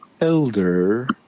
elder